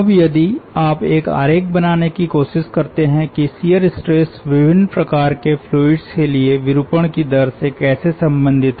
अब यदि आप एक आरेख बनाने की कोशिश करते हैं कि शियर स्ट्रेस विभिन्न प्रकार के फ्लुइड्स के लिए विरूपण की दर से कैसे संबंधित है